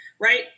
right